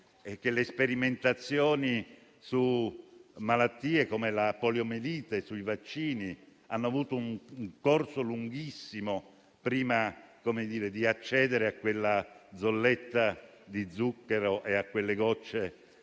quando le sperimentazioni sui vaccini per la poliomielite e altre malattie hanno avuto un corso lunghissimo prima di accedere a quella zolletta di zucchero e a quelle gocce